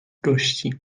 gości